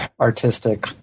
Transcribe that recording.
artistic